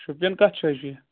شوپین کَتھ جایہِ چھُ یہِ